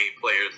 players